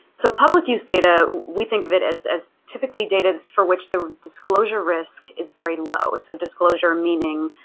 so public-use data, we think of it as as typically data for which the disclosure risk is very low. so disclosure meaning